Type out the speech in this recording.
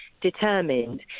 determined